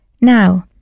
Now